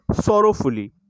sorrowfully